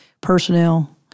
personnel